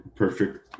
perfect